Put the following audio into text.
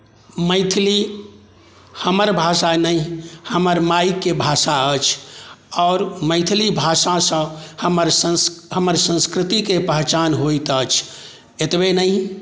मैथिली हमर भाषा नहि हमर मायके भाषा अछि और मैथिली भाषासँ हमर संस्कृतिकेँ पहचान होइत अछि एतबे नहि